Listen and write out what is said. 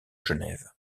genève